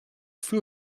full